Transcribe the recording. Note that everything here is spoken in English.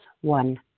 one